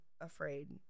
afraid